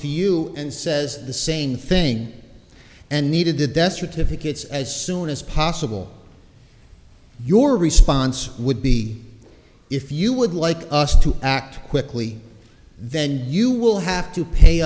to you and says the same thing and needed to death certificates as soon as possible your response would be if you would like us to act quickly then you will have to pay